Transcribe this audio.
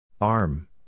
Arm